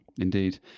Indeed